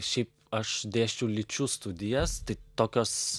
šiaip aš dėsčiau lyčių studijas tai tokios